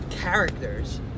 Characters